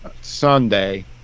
Sunday